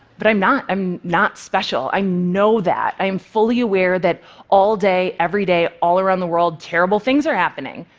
but i'm not, i'm not special. i know that, i'm fully aware that all day, every day, all around the world, terrible things are happening.